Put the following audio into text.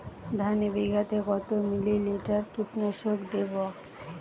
ধানে বিঘাতে কত মিলি লিটার কীটনাশক দেবো?